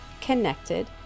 connected